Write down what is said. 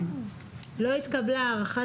לא התקבלה הערכת